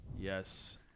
Yes